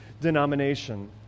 denomination